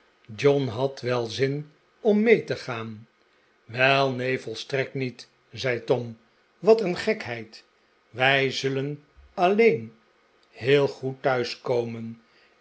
john had wel zin om mee te gaan wel neen volstrekt niet zei tom wat een gekheid wij zullen alleen heel goed